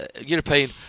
European